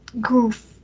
goof